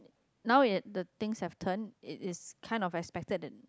now it the things have turn it is kind of expect that